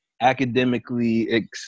academically